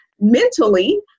mentally